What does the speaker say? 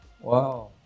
Wow